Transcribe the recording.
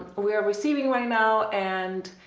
we are receiving right now and,